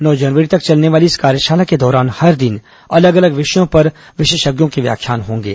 नौ जनवरी तक चलने वाली इस कार्यशाला के दौरान हर दिन अलग अलग विषयों पर विशेषज्ञों के व्याख्यान होंगे